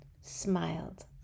smiled